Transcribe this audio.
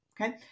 okay